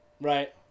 Right